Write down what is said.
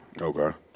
Okay